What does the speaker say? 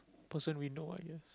person we know I guess